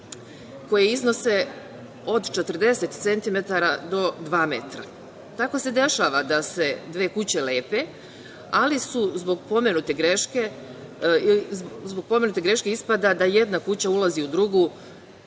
koje iznose od 40 centimetara do dva metra. Tako se dešava da se dve kuće lepe, ali zbog pomenute greške ispada da jedna kuća ulazi u drugu